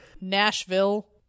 Nashville